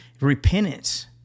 Repentance